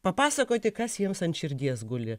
papasakoti kas jiems ant širdies guli